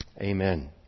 Amen